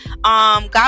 god